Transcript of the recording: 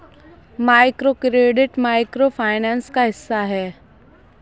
microcredit micro finance का हिस्सा है